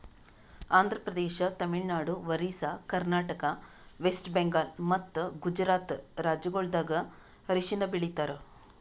Andhra Pradesh, Tamil Nadu, Orissa, Karnataka, West Bengal ಮತ್ತ ಗುಜರಾತ್ ರಾಜ್ಯಗೊಳ್ದಾಗ್ ಅರಿಶಿನ ಬೆಳಿತಾರ್